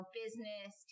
business